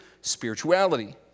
spirituality